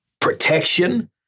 protection